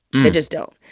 they just don't.